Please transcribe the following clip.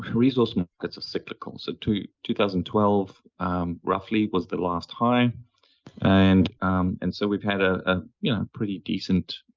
resource that's cyclical. so, two two thousand and twelve um roughly was the last time and and so we've had a ah you know pretty decent,